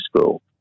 school